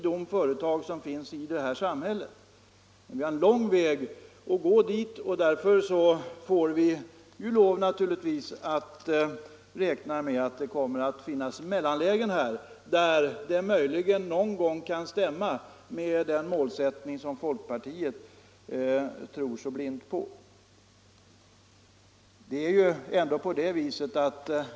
Men vi har en lång väg att = rätt för anställda i gå dit, och därför får vi naturligtvis räkna med att det kommer att finnas — aktiebolag mellanlägen, som möjligen någon gång kan stämma med den målsättning som folkpartiet tror så blint på.